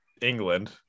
England